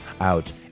out